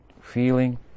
feeling